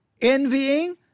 envying